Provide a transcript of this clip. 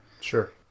Sure